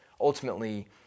ultimately